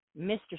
Mr